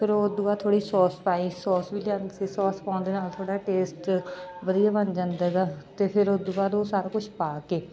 ਫਿਰ ਉਹ ਤੋਂ ਬਾਅਦ ਥੋੜ੍ਹੀ ਸੋਸ ਪਾਈ ਸੋਸ ਵੀ ਲਿਆਉਂਦੀ ਸੀ ਸੋਸ ਪਾਉਣ ਦੇ ਨਾਲ ਥੋੜ੍ਹਾ ਟੇਸਟ ਵਧੀਆ ਬਣ ਜਾਂਦਾ ਗਾ ਅਤੇ ਫਿਰ ਉਸ ਤੋਂ ਬਾਅਦ ਉਹ ਸਾਰਾ ਕੁਝ ਪਾ ਕੇ